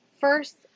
first